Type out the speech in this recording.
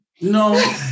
No